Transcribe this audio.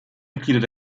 mitglieder